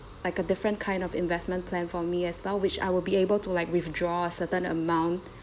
like a different kind of investment plan for me as well which I will be able to like withdraw a certain amount